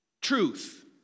truth